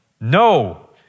No